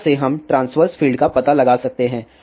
यहाँ से हम ट्रांस्वर्स फील्ड का पता लगा सकते हैं